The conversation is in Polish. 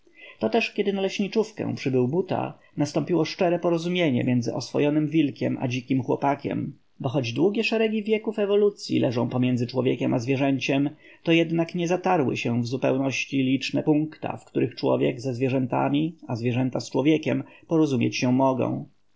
to też kiedy na leśniczówkę przybył buta nastąpiło szczere porozumienie pomiędzy oswojonym wilkiem a dzikim chłopakiem bo choć długie szeregi wieków ewolucyi leżą pomiędzy człowiekiem a zwierzęciem to jednak nie zatarły się w zupełności liczne punkta w których człowiek ze zwierzętami a zwierzęta z człowiekiem porozumieć się mogą